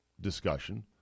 discussion